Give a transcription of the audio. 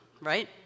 right